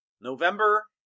November